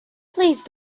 please